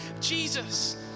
Jesus